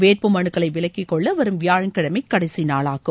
வேட்பு மனுக்களை விலக்கிக்கொள்ள வரும் வியாழக்கிழமை கடைசி நாளாகும்